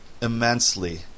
immensely